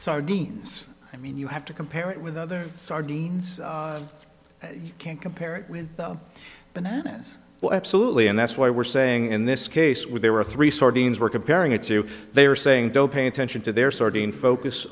sardines i mean you have to compare it with other sardines you can't compare it with bananas well absolutely and that's why we're saying in this case where they were three sortings were comparing it to they are saying don't pay attention to their sorting focus